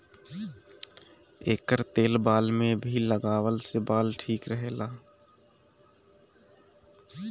एकर तेल बाल में भी लगवला से बाल ठीक रहेला